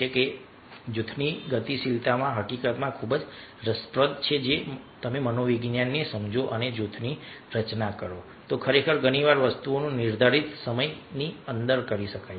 આ જૂથની ગતિશીલતા હકીકતમાં ખૂબ જ રસપ્રદ છે જો તમે મનોવિજ્ઞાનને સમજો અને જૂથની રચના કરો તો ખરેખર ઘણી સારી વસ્તુઓ નિર્ધારિત સમયની અંદર કરી શકાય છે